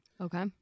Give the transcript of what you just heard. Okay